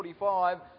45